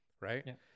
Right